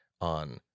on